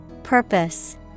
Purpose